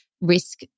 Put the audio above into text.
risk